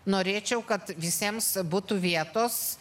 norėčiau kad visiems būtų vietos